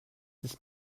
this